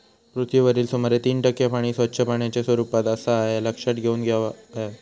पृथ्वीवरील सुमारे तीन टक्के पाणी स्वच्छ पाण्याच्या स्वरूपात आसा ह्या लक्षात घेऊन हव्या